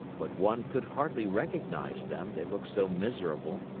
but one could hardly recognize them, they looked so miserable.